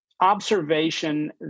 observation